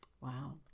Wow